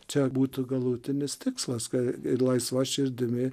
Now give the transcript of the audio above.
čia būtų galutinis tikslas kad ir laisva širdimi